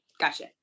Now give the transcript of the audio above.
Gotcha